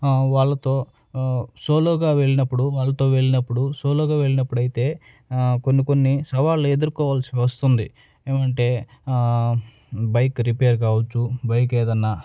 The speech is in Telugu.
వాళ్ళతో సోలోగా వెళ్ళినప్పుడు వాళ్ళతో వెళ్ళినప్పుడు సోలోగా వెళ్ళినప్పుడైతే కొన్ని కొన్ని సవాళ్ళు ఎదుర్కోవాల్సి వస్తుంది ఏమంటే బైక్ రిపేర్ కావచ్చు బైక్ ఏదైనా